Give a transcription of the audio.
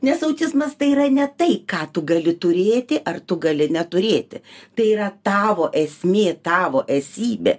nes autizmas tai yra ne tai ką tu gali turėti ar tu gali neturėti tai yra tavo esmė tavo esybė